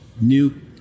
new